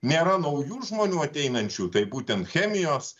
nėra naujų žmonių ateinančių tai būtent chemijos